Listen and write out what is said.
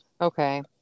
okay